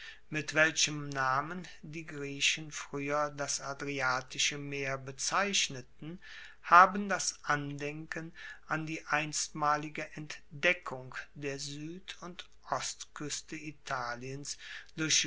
mit welchem namen die griechen frueher das adriatische meer bezeichneten haben das andenken an die einstmalige entdeckung der sued und ostkueste italiens durch